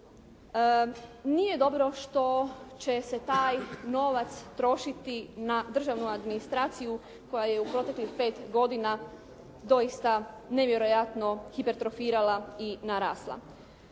Nije dobro što će se taj novac trošiti na državnu administraciju koja je u proteklih 5 godina doista nevjerojatno hipertrofirala i narasla.